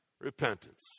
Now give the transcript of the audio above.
Repentance